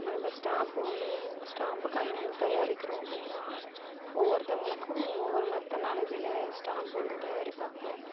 இப்ப நம்ப ஸ்டாம்ப் ஒன்று ஸ்டாம்ப் காயின் வந்து தயாரிக்கிறோம் அப்படின்னா ஒவ்வொருத்தவர்களுக்கு ஒவ்வொரு மெத்தனாலஜியில் ஸ்டாம்ப் வந்து தயாரிப்பாங்க